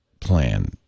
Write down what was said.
plan